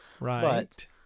right